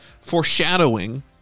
foreshadowing